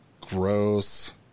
Gross